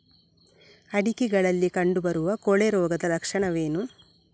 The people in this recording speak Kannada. ಅಡಿಕೆಗಳಲ್ಲಿ ಕಂಡುಬರುವ ಕೊಳೆ ರೋಗದ ಲಕ್ಷಣವೇನು?